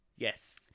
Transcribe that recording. Yes